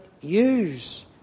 use